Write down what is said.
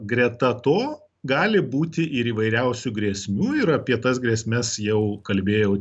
greta to gali būti ir įvairiausių grėsmių ir apie tas grėsmes jau kalbėjau